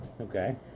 Okay